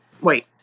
wait